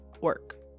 work